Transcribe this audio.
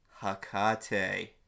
hakate